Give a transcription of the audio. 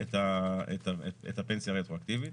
את הפנסיה רטרואקטיבית.